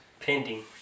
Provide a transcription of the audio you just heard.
pending